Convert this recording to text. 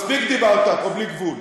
מספיק דיברת פה, בלי גבול.